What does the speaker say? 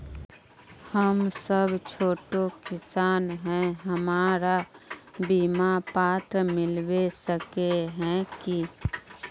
हम सब छोटो किसान है हमरा बिमा पात्र मिलबे सके है की?